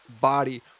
body